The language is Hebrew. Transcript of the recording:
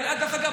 דרך אגב,